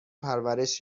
پرورش